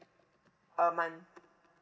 a month